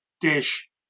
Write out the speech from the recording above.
dish